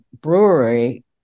brewery